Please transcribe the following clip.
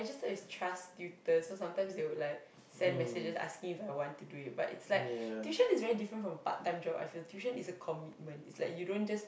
registered with trust tutors so sometimes they would like send messages asking If I want to do it but it's like tuition is very different from part-time job I feel tuition is a commitment is like you don't just